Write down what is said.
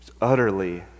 Utterly